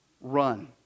Run